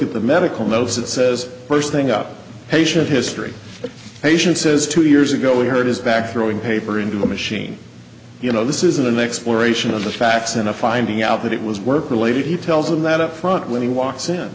at the medical notes it says first thing up a patient history patient says two years ago we heard his back throwing paper into the machine you know this isn't an exploration of the facts in a finding out that it was work related he tells them that up front when he walks in